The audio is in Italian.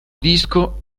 disco